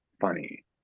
funny